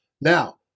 Now